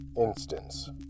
Instance